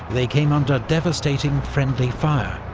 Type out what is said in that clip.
they came under devastating friendly fire,